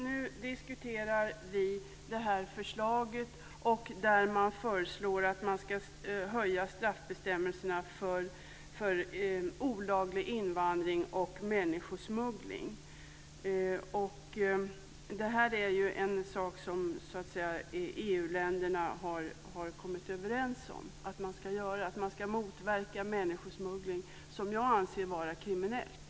Fru talman! Nu diskuterar vi förslaget om att man ska höja straffbestämmelserna för olaglig invandring och människosmuggling. Det är en sak som EU länderna har kommit överens om att man ska göra. Man ska motverka människosmuggling, som jag anser vara kriminellt.